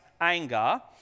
anger